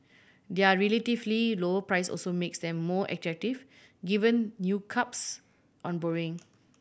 their relatively lower price also makes them more attractive given new curbs on borrowing